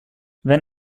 wenn